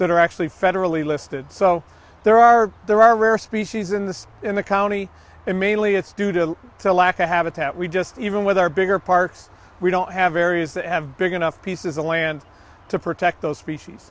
that are actually federally listed so there are there are rare species in this in the county and mainly it's due to the lack of habitat we just even with our bigger parks we don't have areas that have big enough pieces of land to protect those species